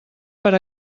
per